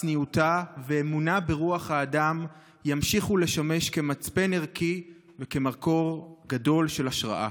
צניעותה ואמונה ברוח האדם ימשיכו לשמש כמצפן ערכי וכמקור גדול של השראה.